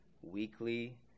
weekly